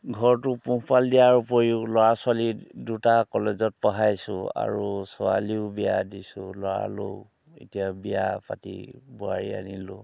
ঘৰটো পোহপাল দিয়াৰ উপৰিও ল'ৰা ছোৱালী দুটা কলেজত পঢ়াইছোঁ আৰু ছোৱালীও বিয়া দিছোঁ ল'ৰালও এতিয়া বিয়া পাতি বোৱাৰী আনিলোঁ